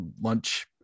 lunch